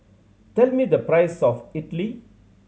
tell me the price of Idili